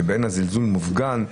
שהזלזול מופגן,